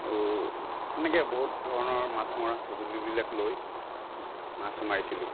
আৰু এনেকে বহুত ধৰণৰ মাছ মৰা সঁজুলি বিলাক লৈ মাছ মাৰিছিলোঁ